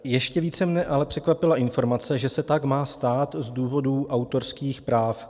Ještě více mne ale překvapila informace, že se tak má stát z důvodu autorských práv.